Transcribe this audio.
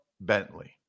bentley